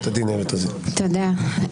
תודה.